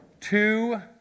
Two